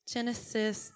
Genesis